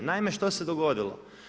Naime, što se dogodilo?